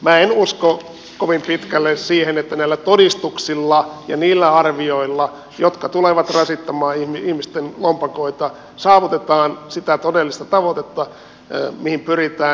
minä en usko kovin pitkälle siihen että näillä todistuksilla ja niillä arvioilla jotka tulevat rasittamaan ihmisten lompakoita saavutetaan sitä todellista tavoitetta mihin pyritään